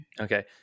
Okay